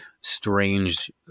strange